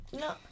No